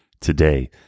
Today